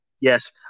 Yes